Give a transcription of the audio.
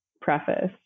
preface